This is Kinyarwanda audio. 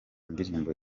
indirimbo